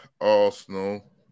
Arsenal